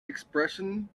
expression